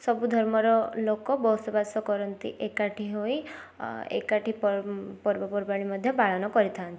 ସବୁ ଧର୍ମର ଲୋକ ବସବାସ କରନ୍ତି ଏକାଠି ହୋଇ ଏକାଠି ପର୍ବପର୍ବାଣୀ ମଧ୍ୟ ପାଳନ କରିଥାନ୍ତି